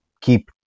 keep